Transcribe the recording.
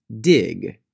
dig